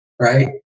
right